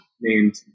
named